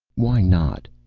why not?